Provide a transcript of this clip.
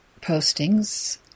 postings